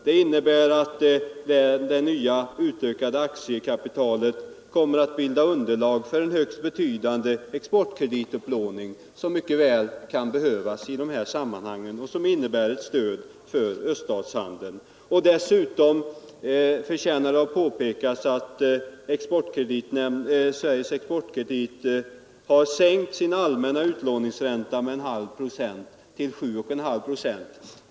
Det innebär att det utökade aktiekapitalet kommer att bilda underlag för en högst betydande exportkreditupplåning, som mycket väl kan behövas och som betyder ett stöd för handeln med öststaterna. Dessutom förtjänar det påpekas att Svensk exportkredit har sänkt sin allmänna utlåningsränta med 1 2 procent.